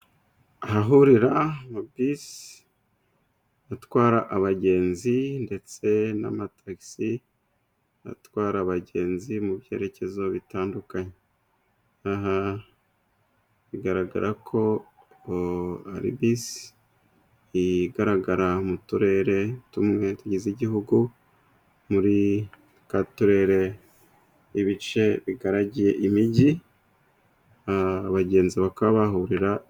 Ahahurira amabisi atwara abagenzi, ndetse n'amatagisi atwara abagenzi mu byerekezo bitandukanye, aha bigaragara ko hari bisi igaragara mu turere tumwe tugize igihugu, muri ka turere ibice bigaragiye imijyi, abagenzi bakaba bahahurira.